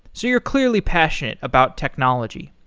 so you're clearly passionate about technology.